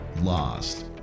Lost